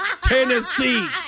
Tennessee